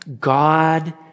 God